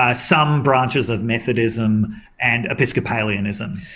ah some branches of methodism and episcopalianism.